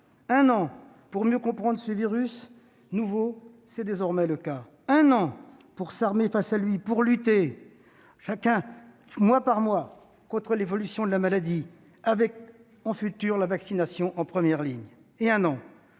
Un an pour mieux comprendre ce virus nouveau, c'est désormais le cas ; un an pour s'armer face à lui, pour lutter, chacun, mois par mois, contre l'évolution de la maladie, avec, en perspective, la vaccination en première ligne ; un an